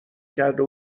کرده